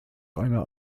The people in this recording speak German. einer